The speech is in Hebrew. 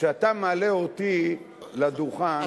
כשאתה מעלה אותי לדוכן,